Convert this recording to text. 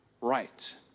right